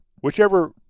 whichever